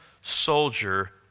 soldier